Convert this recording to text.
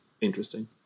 interesting